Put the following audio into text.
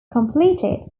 completed